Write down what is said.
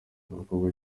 abakobwa